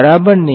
બરાબરને